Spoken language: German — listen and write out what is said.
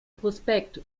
prospekt